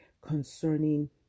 concerning